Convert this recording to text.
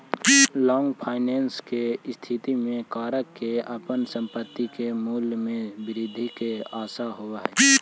long finance के स्थिति में धारक के अपन संपत्ति के मूल्य में वृद्धि के आशा होवऽ हई